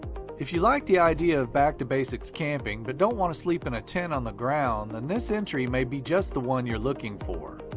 if you like the idea of back to basics camping but don't want to sleep in a tent on the ground, then this entry may be just the one you're looking for.